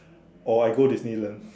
or I go Disneyland